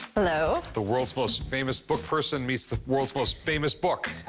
hello. the world's most famous book person meets the world's most famous book.